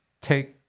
take